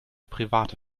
private